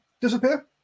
disappear